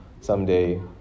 someday